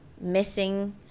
missing